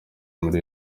muri